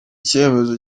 cyemezo